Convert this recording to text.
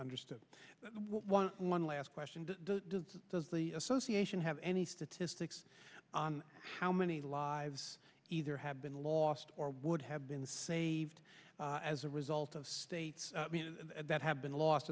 understand one one last question to association have any statistics on how many lives either have been lost or would have been saved as a result of states that have been lost